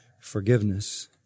forgiveness